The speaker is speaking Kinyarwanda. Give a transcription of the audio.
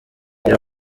reba